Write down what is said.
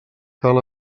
cal